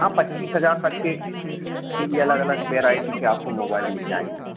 हाँ पच्चीस हजार पच्चीस के भी अलग अलग वेरायटी के आपको मोबाईल मिल जायेंगे